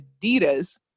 Adidas